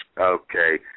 Okay